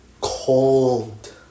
cold